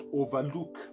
overlook